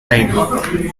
time